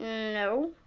no.